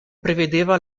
prevedeva